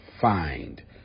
find